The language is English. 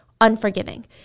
unforgiving